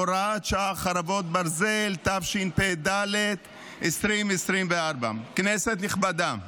הוראת שעה, חרבות ברזל), התשפ"ד 2024. כנסת נכבדה,